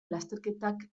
lasterketak